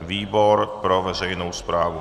Výbor pro veřejnou správu.